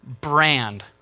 brand